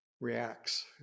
reacts